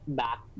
back